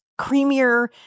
creamier